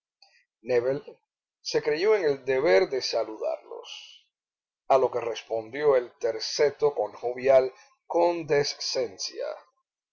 nébel se creyó en el deber de saludarlos a lo que respondió el terceto con jovial